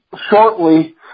shortly